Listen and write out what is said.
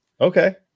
Okay